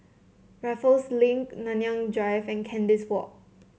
Raffles Link Nanyang Drive and Kandis Walk